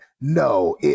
no